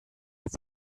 its